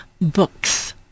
books